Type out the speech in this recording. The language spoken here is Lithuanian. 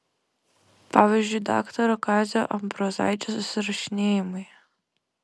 pavyzdžiui daktaro kazio ambrozaičio susirašinėjimai